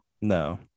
No